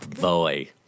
Boy